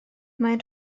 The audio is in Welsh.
maen